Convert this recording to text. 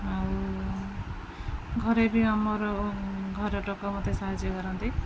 ଆଉ ଘରେ ବି ଆମର ଘର ଲୋକ ମୋତେ ସାହାଯ୍ୟ କରନ୍ତି